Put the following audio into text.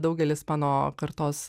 daugelis mano kartos